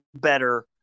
better